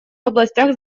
областях